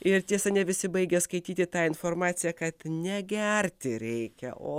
ir tiesa ne visi baigė skaityti tą informaciją kad ne gerti reikia o